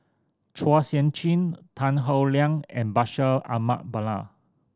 Chua Sian Chin Tan Howe Liang and Bashir Ahmad Mallal